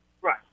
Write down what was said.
Right